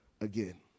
again